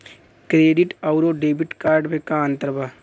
Credit अउरो debit card मे का अन्तर बा?